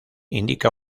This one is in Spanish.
indica